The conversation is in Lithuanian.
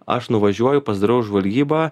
aš nuvažiuoju pasidarau žvalgybą